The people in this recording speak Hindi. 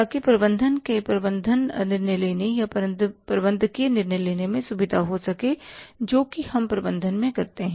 ताकि प्रबंधन के प्रबंधन निर्णय लेने या प्रबंधकीय निर्णय लेने में सुविधा हो सके जो कि हम प्रबंधन में करते हैं